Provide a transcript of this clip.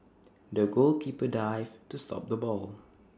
the goalkeeper dived to stop the ball